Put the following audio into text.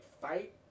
fight